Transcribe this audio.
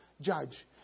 judge